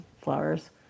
flowers